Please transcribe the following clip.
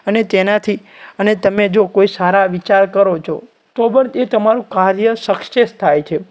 અને તેનાથી અને તમે જો કોઈ સારા વિચાર કરો છો તો પણ એ તમારું કાર્ય સક્સેસ થાય છે